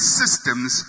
systems